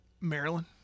Maryland